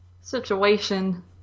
situation